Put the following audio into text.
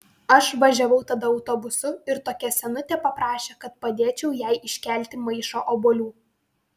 aš važiavau tada autobusu ir tokia senutė paprašė kad padėčiau jai iškelti maišą obuolių